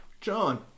John